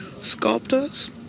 sculptors